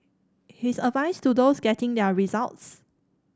his advice to those getting their results